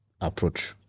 approach